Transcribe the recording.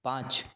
पाँच